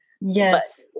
Yes